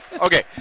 Okay